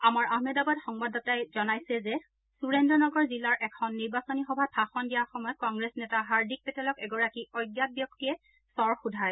আমাৰ আহমেদাবাদ সংবাদদাতাই জনাইছে যে সূৰেন্দ্ৰ নগৰ জিলাৰ এখন নিৰ্বাচনী সভাত ভাষণ দিয়াৰ সময়ত কংগ্ৰেছ নেতা হাৰ্দিক পেটেলক এগৰাকী অজ্ঞাত ব্যক্তিয়ে চৰ সোধায়